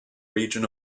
region